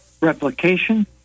replication